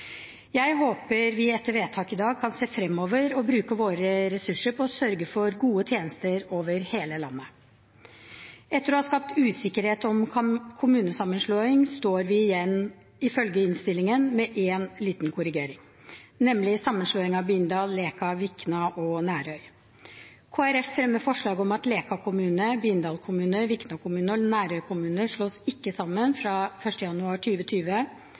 Jeg håper vi etter vedtaket i dag kan se fremover og bruke våre ressurser på å sørge for gode tjenester over hele landet. Etter å ha skapt usikkerhet om kommunesammenslåing står vi igjen, ifølge innstillingen, med én liten korrigering, nemlig sammenslåingen av Bindal, Leka, Vikna og Nærøy. Kristelig Folkeparti fremmer følgende forslag: «Leka kommune, Bindal kommune, Vikna kommune og Nærøy kommune slås ikke sammen fra 1. januar